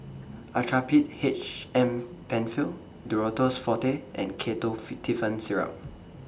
Actrapid H M PenFill Duro Tuss Forte and Ketotifen Syrup